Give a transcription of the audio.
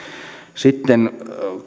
sitten